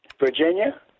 Virginia